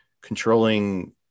controlling